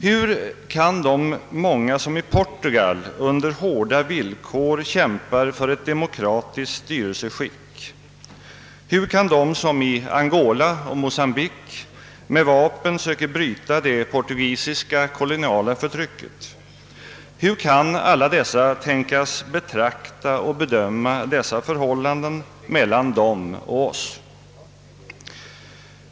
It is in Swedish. Hur kan de många som i Portugal under hårda villkor kämpar för ett demokratiskt styrelseskick, hur kan de som i Angola och Mocambique med vapen söker bryta det portugisiska koloniala förtrycket, hur kan alla dessa tänkas betrakta och bedöma dessa förhållanden mellan dem och oss?